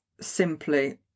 simply